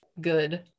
good